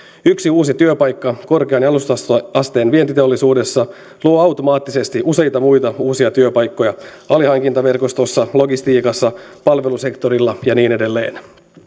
yksi uusi työpaikka korkean jalostusasteen vientiteollisuudessa luo automaattisesti useita muita uusia työpaikkoja alihankintaverkostossa logistiikassa palvelusektorilla ja niin edelleen